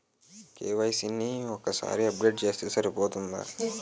KYC ని ఒక్కసారి update చేస్తే సరిపోతుందా?